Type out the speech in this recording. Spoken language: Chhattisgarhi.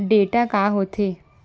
डेटा का होथे?